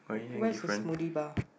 where's the smoothie bar